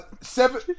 seven